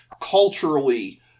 culturally